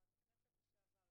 חברת כנסת לשעבר,